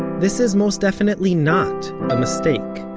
this is most definitely not a mistake,